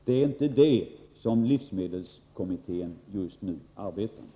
Det är inte det som livsmedelskommittén just nu arbetar med.